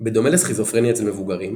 בדומה לסכיזופרניה אצל מבוגרים,